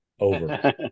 over